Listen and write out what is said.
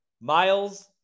Miles